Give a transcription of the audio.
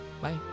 Bye